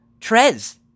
Trez